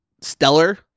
stellar